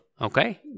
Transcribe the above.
okay